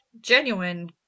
genuine